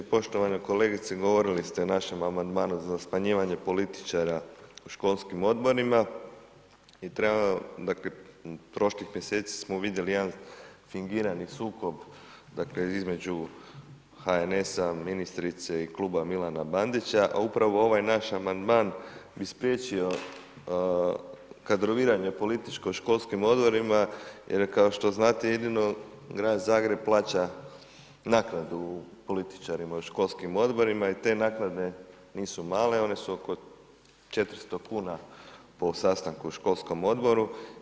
Poštovana kolegice govorili ste o našem amandmanu za smanjivanje političara u školskim odborima i treba, dakle prošlih mjeseci smo vidjeli jedan fingirani sukob dakle između HNS-a, ministrice i Kluba Milana Bandića, a upravo ovaj naš amandman bi spriječio kadroviranje političko školskim odborima jer kao što znate jedino Grad Zagreb plaća naknadu političarima u školskim odborima i te naknade nisu male, one su oko 400 kuna po sastanku u školskom odboru.